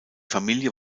familie